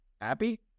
happy